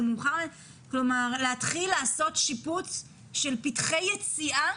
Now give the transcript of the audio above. כלומר, להתחיל לעשות שיפוץ של פתחי יציאה?